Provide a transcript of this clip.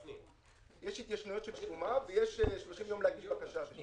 יש התיישנויות של שומה, ויש 30 יום להגיש בקשה.